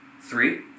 three